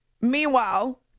Meanwhile